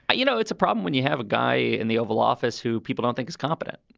but you know, it's a problem when you have a guy in the oval office who people don't think is competent.